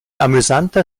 amüsanter